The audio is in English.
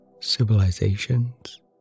civilizations